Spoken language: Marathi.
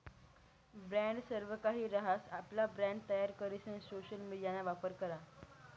ब्रॅण्ड सर्वकाहि रहास, आपला ब्रँड तयार करीसन सोशल मिडियाना वापर करा